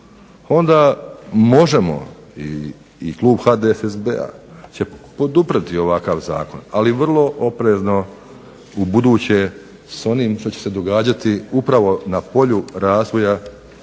onda možemo i klub HDSSB-a će podržati ovakav zakon, ali vrlo oprezno u buduće s onim što će se događati upravo na polju razvoja